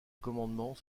commandement